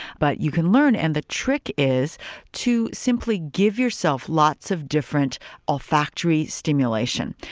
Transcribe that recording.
but you can learn and the trick is to simply give yourself lots of different olfactory stimulation.